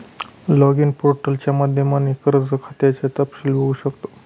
login पोर्टलच्या माध्यमाने कर्ज खात्याचं तपशील बघू शकतो